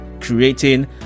creating